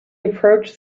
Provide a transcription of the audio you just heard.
approached